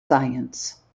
science